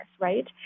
right